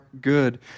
good